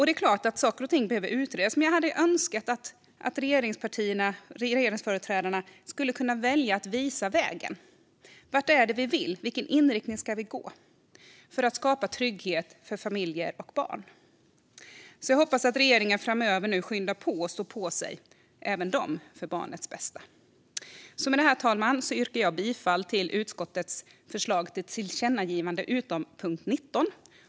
Det är klart att saker och ting behöver utredas, men jag hade önskat att regeringsföreträdarna hade valt att visa vägen. Vad är det vi vill? I vilken riktning ska vi gå för att skapa trygghet för familjer och barn? Jag hoppas att regeringen framöver skyndar på och att även de står på sig för barnets bästa. Med detta, fru talman, yrkar jag bifall till utskottets förslag till tillkännagivanden, utom under punkt 19.